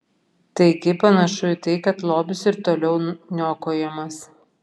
taigi panašu į tai kad lobis ir toliau niokojamas